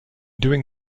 doing